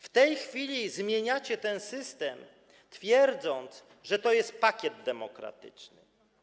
W tej chwili zmieniacie ten system, twierdząc, że to jest pakiet demokratyczny.